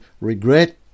regret